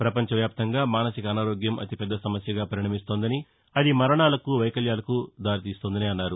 పపంచవ్యాప్తంగా మానసిక అనారోగ్యం అతిపెద్ద సమస్యగా పరిణమిస్తోందని అది మరణాలకు వైకల్యాలకు దారితీస్తోందన్నారు